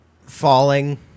falling